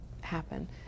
happen